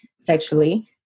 sexually